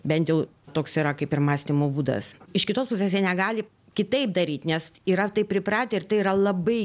bent jau toks yra kaip ir mąstymo būdas iš kitos pusės jie negali kitaip daryt nes yra taip pripratę ir tai yra labai